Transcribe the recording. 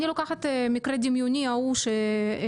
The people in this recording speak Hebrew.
אני לוקחת את המקרה התיאורטי ההוא שתיארתי,